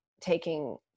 taking